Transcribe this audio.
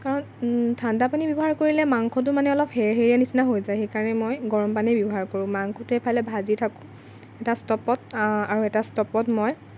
কাৰণ ঠাণ্ডা পানী ব্যৱহাৰ কৰিলে মানে মাংসটো মানে অলপ সেৰসেৰীয়া নিচিনা হৈ যায় সেইকাৰণে মই গৰম পানী ব্যবহাৰ কৰোঁ মাংসটো এফালে ভাজি থাকোঁ এটা ষ্ট'ভত আৰু এটা ষ্ট'ভত মই